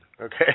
okay